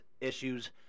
issues